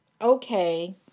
Okay